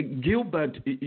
Gilbert